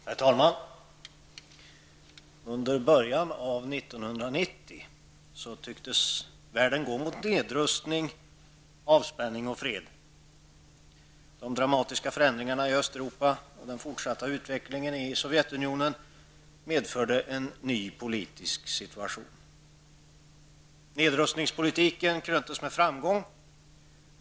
Herr talman! I början av 1990 tycktes världen gå mot nedrustning, avspänning och fred. De dramatiska förändringarna i Östeuropa och den fortsatta utvecklingen i Sovjetunionen kom att innebära en ny politisk situation. Nedrustningspolitiken kröntes med framgång.